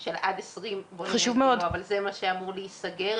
של עד 20. זה מה שאמור להיסגר.